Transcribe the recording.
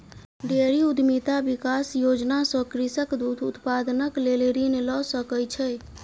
dairy उद्यमिता विकास योजना सॅ कृषक दूध उत्पादनक लेल ऋण लय सकै छै